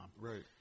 Right